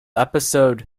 episode